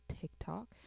tiktok